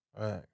Right